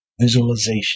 Visualization